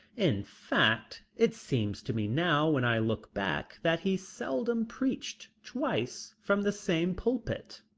in fact, it seems to me now when i look back that he seldom preached twice from the same pulpit.